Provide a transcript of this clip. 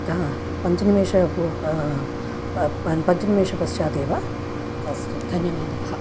अतः पञ्चनिमेष पूर्वं पञ्चनिमेषपश्चादेव अस्तु धन्यवादाः